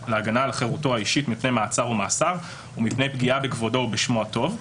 חירותו האישית מפני מעצר או מעשיו ומפני פגיעה בכבודו ובשמו הטוב.